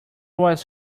was